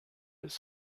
its